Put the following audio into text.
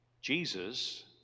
Jesus